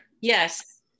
yes